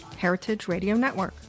heritageradionetwork